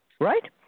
Right